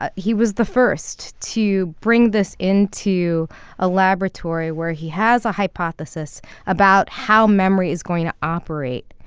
ah he was the first to bring this in to a laboratory where he has a hypothesis about how memory is going to operate.